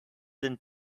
than